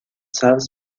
سبز